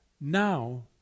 now